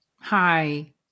Hi